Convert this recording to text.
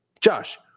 Josh